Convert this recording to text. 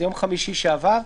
ביום חמישי שעבר,